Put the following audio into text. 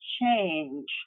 change